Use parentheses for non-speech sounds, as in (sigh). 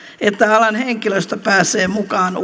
että alan henkilöstö pääsee mukaan (unintelligible)